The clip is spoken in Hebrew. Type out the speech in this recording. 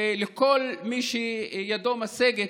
ולכל מי שידו משגת,